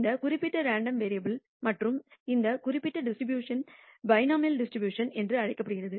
இந்த குறிப்பிட்ட random variable மற்றும் இந்த குறிப்பிட்ட டிஸ்ட்ரிபியூஷன் பைனாமியால் டிஸ்ட்ரிபியூஷன் என்று அழைக்கப்படுகிறது